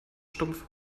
stumpf